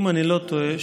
אם אני לא טועה,